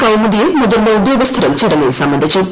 കൌമുദിയും മുതിർന്ന ഉദ്യോഗസ്ഥരും ചടങ്ങിൽ സംബന്ധിച്ചു